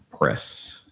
press